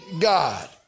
God